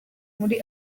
muri